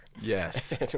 yes